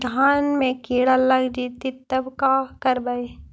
धान मे किड़ा लग जितै तब का करबइ?